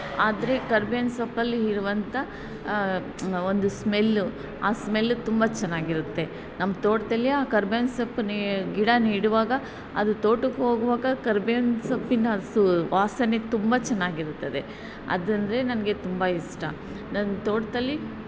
ಆದರೆ ಕರ್ಬೇವಿನ ಸೊಪ್ಪಲ್ಲಿ ಇರುವಂಥ ಒಂದು ಸ್ಮೆಲ್ ಆ ಸ್ಮೆಲ್ ತುಂಬ ಚೆನ್ನಾಗಿರುತ್ತೆ ನಮ್ಮ ತೋಟದಲ್ಲಿ ಆ ಕರ್ಬೇವಿನ ಸೊಪ್ಪಿನ ಗಿಡ ನೆಡುವಾಗ ಅದು ತೋಟಕ್ಕೆ ಹೋಗುವಾಗ ಕರ್ಬೇವಿನ ಸೊಪ್ಪಿನ ಸುವಾಸನೆ ತುಂಬ ಚೆನ್ನಾಗಿರ್ತದೆ ಅದು ಅಂದರೆ ನನಗೆ ತುಂಬ ಇಷ್ಟು ನನ್ನ ತೋಟದಲ್ಲಿ